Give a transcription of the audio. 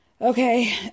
Okay